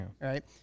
Right